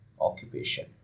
occupation